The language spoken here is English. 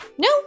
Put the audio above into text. No